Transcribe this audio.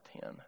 ten